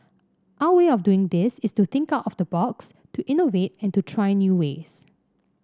our way of doing this is to think out of the box to innovate and to try new ways